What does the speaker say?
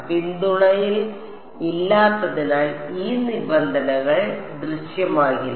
പിന്തുണയിൽ ഇല്ലാത്തതിനാൽ ഈ നിബന്ധനകൾ ദൃശ്യമാകില്ല